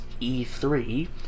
e3